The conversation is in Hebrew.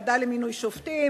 ועדה למינוי שופטים,